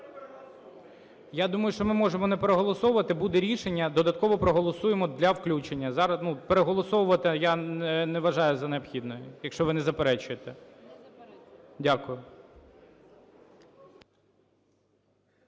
Я думаю, що ми можемо не переголосовувати, буде рішення – додатково проголосуємо для включення. Переголосовувати я не вважаю за необхідне, якщо ви не заперечуєте. Дякую.